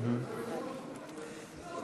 למים,